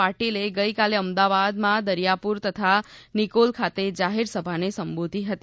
પાટીલે ગઈકાલે અમદાવાદમાં દરીયાપુર તથા નીકોલ ખાતે જાહેરસભાને સંબોધી હતી